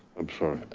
i'm sorry.